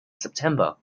september